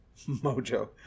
Mojo